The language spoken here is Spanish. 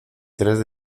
tres